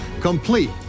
complete